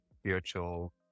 spiritual